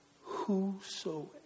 whosoever